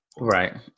right